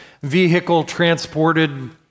vehicle-transported